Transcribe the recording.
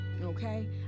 Okay